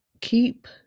Keep